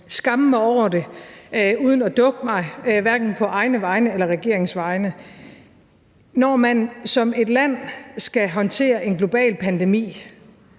skamme mig over det og uden at dukke mig, hverken på egne eller regeringens vegne – at når man som et land skal håndtere en global pandemi,